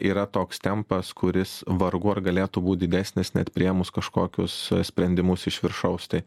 yra toks tempas kuris vargu ar galėtų būt didesnis net priėmus kažkokius sprendimus iš viršaus tai